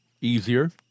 easier